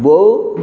ବୋଉ